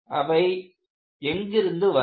அவை எங்கிருந்து வந்தன